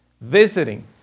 visiting